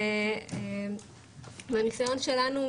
מהניסיון שלנו,